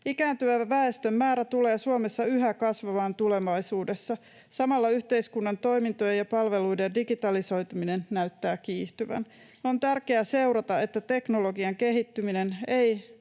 Ikääntyvän väestön määrä tulee Suomessa yhä kasvamaan tulevaisuudessa. Samalla yhteiskunnan toimintojen ja palveluiden digitalisoituminen näyttää kiihtyvän. On tärkeää seurata, että teknologian kehittyminen ei